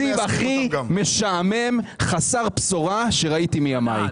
בקיצור, תקציב הכי משעמם וחסר בשורה שראיתי מימיי.